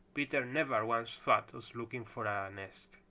peter never once thought of looking for a nest.